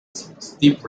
steep